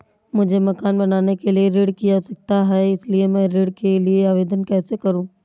मुझे मकान बनाने के लिए ऋण की आवश्यकता है इसलिए मैं ऋण के लिए आवेदन कैसे करूं?